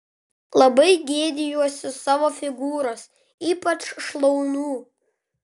labai gėdijuosi savo figūros ypač šlaunų